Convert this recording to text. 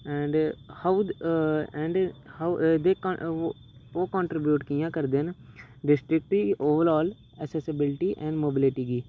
and how the and how the can how the oh contribute कि'यां करदे न district overall accessibility and mobility गी